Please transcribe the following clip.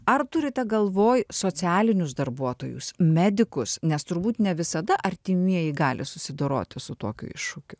ar turite galvoj socialinius darbuotojus medikus nes turbūt ne visada artimieji gali susidoroti su tokiu iššūkiu